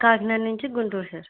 కాకినాడ నుంచి గుంటూరు సార్